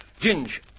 Ginge